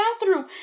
bathroom